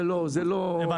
זה לא, זה לא --- הבנתי.